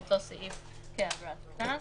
אותו סעיף לעבירת קנס.